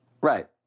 Right